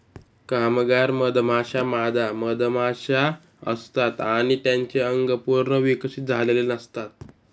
कामगार मधमाश्या मादा मधमाशा असतात आणि त्यांचे अंग पूर्ण विकसित झालेले नसतात